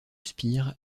spire